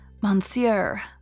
Monsieur